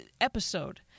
episode